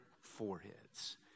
foreheads